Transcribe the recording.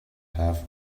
half